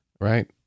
right